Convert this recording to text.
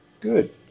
good